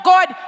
God